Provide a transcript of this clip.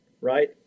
right